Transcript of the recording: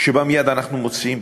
שמייד אנחנו מוציאים,